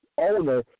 owner